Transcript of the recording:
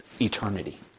eternity